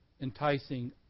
enticing